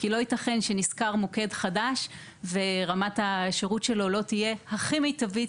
כי לא ייתכן שנשכר מוקד חדש ורמת השירות שלו לא תהיה הכי מיטבית.